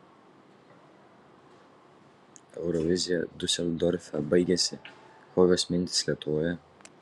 eurovizija diuseldorfe baigėsi kokios mintys lietuvoje